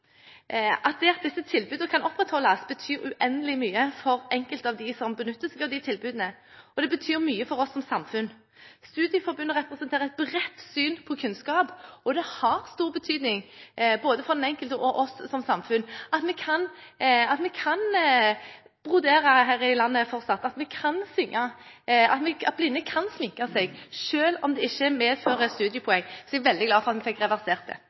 syndrom. Det at disse tilbudene kan opprettholdes, betyr uendelig mye for enkelte av dem som benytter seg av de tilbudene, og det betyr mye for oss som samfunn. Studieforbundene representerer et bredt syn på kunnskap, og det har stor betydning – både for den enkelte og for oss som samfunn – at vi fortsatt kan brodere her i landet, at vi kan synge, at blinde kan sminke seg, selv om det ikke medfører studiepoeng. Så jeg er veldig glad for at vi fikk reversert det.